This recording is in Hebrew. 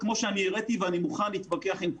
כמו שהראיתי ואני מוכן להתווכח עם כולם,